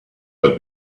but